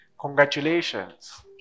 Congratulations